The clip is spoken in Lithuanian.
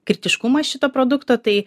kritiškumą šito produkto tai